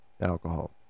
alcohol